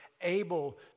able